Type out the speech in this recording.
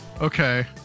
Okay